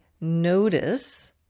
notice